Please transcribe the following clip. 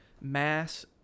Mass